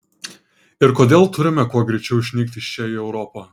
ir kodėl turime kuo greičiau išnykti iš čia į europą